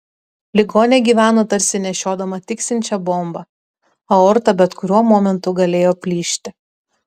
ligonė gyveno tarsi nešiodama tiksinčią bombą aorta bet kuriuo momentu galėjo plyšti